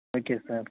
okay sir